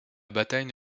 bataille